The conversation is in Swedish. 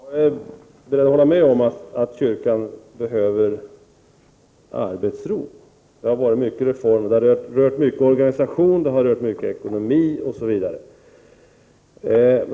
Herr talman! Jag kan hålla med om att kyrkan behöver arbetsro. Det har varit reformer som rört organisation, ekonomi osv.